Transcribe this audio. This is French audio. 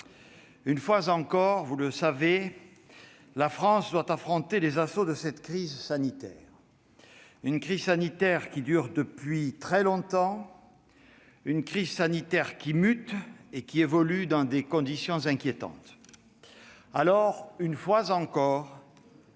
Une fois encore, vous le savez, la France doit affronter les assauts de cette crise sanitaire, une crise sanitaire qui dure depuis très longtemps, avec un virus qui mute et évolue de manière inquiétante. Alors, une fois encore,